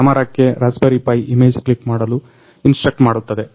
ಕ್ಯಾಮರಕ್ಕೆ Raspberry Pi image click ಮಾಡಲು instruct ಮಾಡುತ್ತದೆ